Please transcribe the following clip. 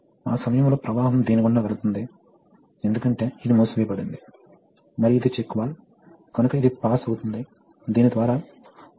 ఈ సమయంలో దీని గుండా వెళ్ళలేము కాబట్టి వాల్వ్ J ని నెట్టడం ప్రారంభిస్తుంది కాబట్టి ప్రవాహం ఇలాగే వెళుతుంది